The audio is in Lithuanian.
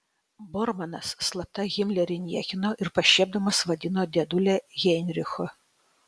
bormanas slapta himlerį niekino ir pašiepdamas vadino dėdule heinrichu